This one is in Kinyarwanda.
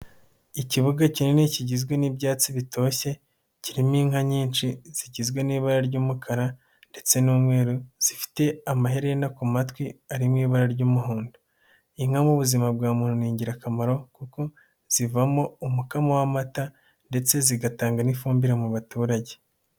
Ikibuga kinini kigizwe n'ibyatsi bitoshye kirimo inka nyinshi zigizwe n'ibara ry'umukara ndetse n'umweru zifite amaherena ku matwi arimo ibara ry'umuhondo, inka mu buzima bwa muntu ni ingirakamaro kuko zivamo umukamo w'amata ndetse zigatanga n'ifumbire mu baturage.